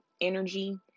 energy